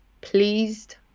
pleased